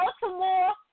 Baltimore